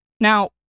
Now